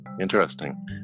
Interesting